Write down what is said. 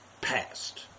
past